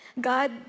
God